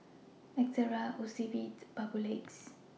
Ezerra Ocuvite and Papulex